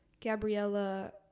Gabriella